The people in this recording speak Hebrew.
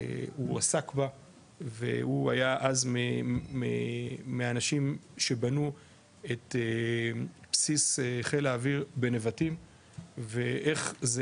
הוא עסק בה והוא היה אז מהאנשים שבנו את בסיס חיל האוויר בנבטים ואיך זה